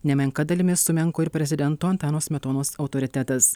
nemenka dalimi sumenko ir prezidento antano smetonos autoritetas